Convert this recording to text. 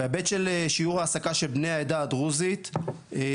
בהיבט של שיעור העסקה של בני העדה הדרוזית בתעשייה